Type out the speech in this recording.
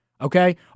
Okay